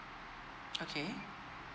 okay